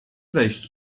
wejść